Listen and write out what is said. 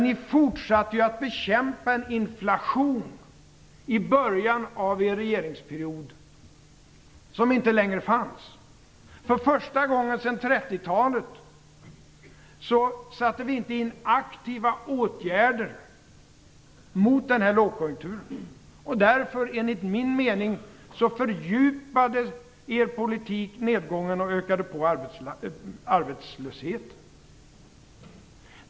Ni fortsatte att bekämpa en inflation i början av er regeringsperiod som inte längre fanns. För första gången sedan 30-talet satte vi inte in aktiva åtgärder mot lågkonjunkturen. Därför fördjupade enligt min mening er politik nedgången och ökade på arbetslösheten.